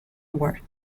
work